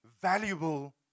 valuable